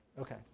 Okay